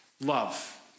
love